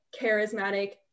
charismatic